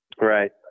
Right